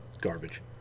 garbage